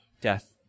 death